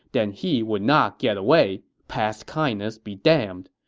then he would not get away, past kindness be damned.